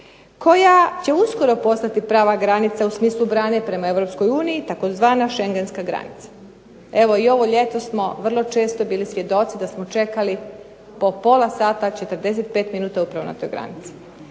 koja će uskoro postati prava granica u smislu brane prema Europskoj uniji, tzv. Šengenska granica. Evo i ovo ljeto smo vrlo često bili svjedoci da smo čekali po pola sata, četrdeset pet minuta upravo na toj granici.